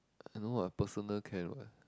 I know I personal can what